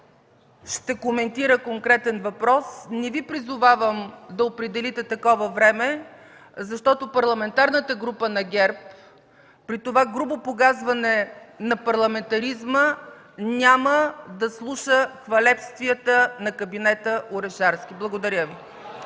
ще коментира конкретен въпрос. Не Ви призовавам да определите такова време, защото Парламентарната група на ГЕРБ при това грубо погазване на парламентаризма няма да слуша хвалебствията на кабинета Орешарски. Благодаря Ви.